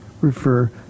refer